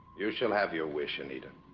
you shall have your wish anita